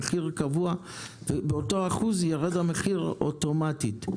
המחיר קבוע ובאותו אחוז ירד המחיר אוטומטית.